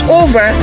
over